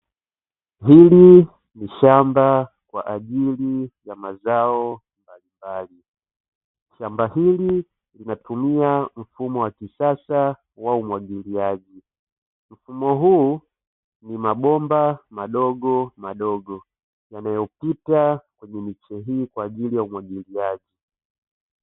Hili ni shamba kwa ajili ya mazao mbalimbali, shamba hili linatumia mfumo wa kisasa wa umwagiliaji mfumo huu ni mabomba madogo madogo yanayopita kwenye michezo hii kwa ajili ya umwagiliaji.